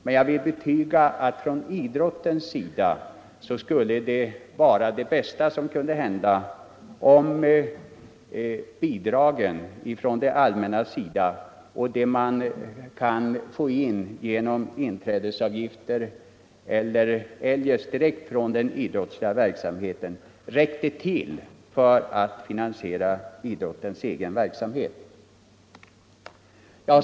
Men jag vill betyga att det bästa som kunde hända idrotten skulle vara om bidragen från det allmännas sida och det man kan få in genom inträdesavgifter eller eljest direkt från den idrottsliga verksamheten räckte till för att finansiera idrottens egen verksamhet.